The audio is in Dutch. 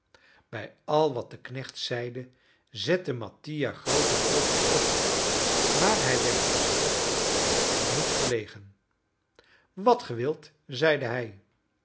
bij al wat de knecht zeide zette mattia groote oogen op maar hij werd volstrekt niet verlegen wat ge wilt zeide hij